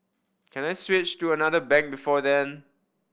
can I switch to another bank before then